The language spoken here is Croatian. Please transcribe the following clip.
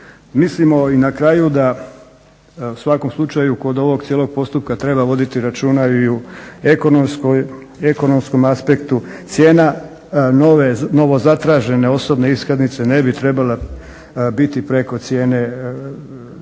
Mislimo i na kraju da u svakom slučaju kod ovog cijelog postupka treba voditi računa i o ekonomskom aspektu cijena. Novo zatražene osobne iskaznice ne bi trebala biti preko cijene